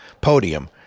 podium